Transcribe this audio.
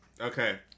Okay